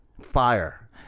fire